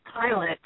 Pilot